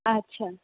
আচ্ছা